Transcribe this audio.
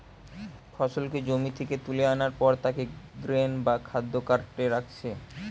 ফসলকে জমি থিকে তুলা আনার পর তাকে গ্রেন বা খাদ্য কার্টে রাখছে